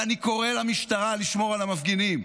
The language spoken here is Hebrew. ואני קורא למשטרה לשמור על המפגינים.